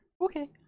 Okay